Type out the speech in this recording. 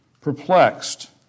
perplexed